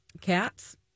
cats